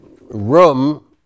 room